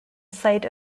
site